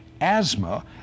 asthma